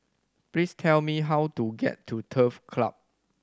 please tell me how to get to Turf Club